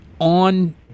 on